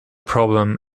problem